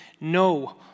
No